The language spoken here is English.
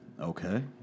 Okay